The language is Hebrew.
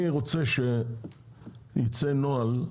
אני רוצה שיצא נוהל,